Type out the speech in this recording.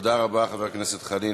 תודה רבה, חבר הכנסת חנין.